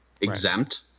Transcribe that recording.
exempt